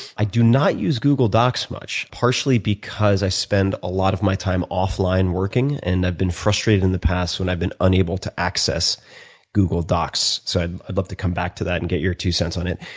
i do not use google docs much, partially because i spend a lot of my time offline working and i have been frustrated in the past when i have been unable to access google docs. so, i would love to come back to that and get your two cents on it.